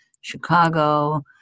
Chicago